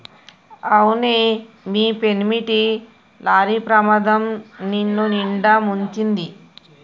అవునే మీ పెనిమిటి లారీ ప్రమాదం నిన్నునిండా ముంచింది